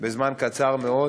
בזמן קצר מאוד.